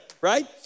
right